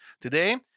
Today